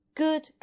good